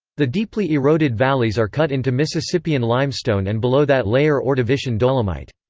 the deeply eroded valleys are cut into mississippian limestone and below that layer ordovician dolomite.